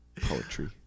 Poetry